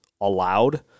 allowed